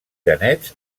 genets